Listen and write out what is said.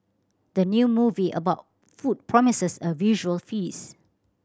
the new movie about food promises a visual feast